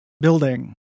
building